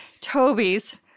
Toby's